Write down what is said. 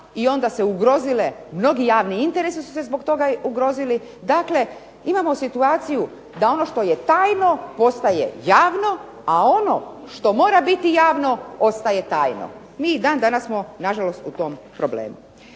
i onda se ugrozile, mnogi javni interesi su se zbog toga ugrozili. Dakle, imamo situaciju da ono što je tajno postaje javno, a ono što mora biti javno ostaje tajno. Mi i dan danas smo na žalost u tom problemu.